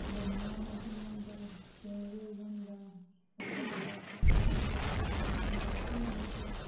गर्मियां मौसम होंदा चेंज होई गेदा होंदा साढ़े कोला उत्थै ठीक होंदा थोह्ड़ा गर्म हुंदा उत्थै जन्ने उठी अस